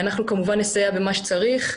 אנחנו כמובן נסייע במה שצריך.